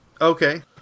Okay